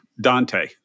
Dante